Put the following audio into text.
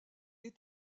est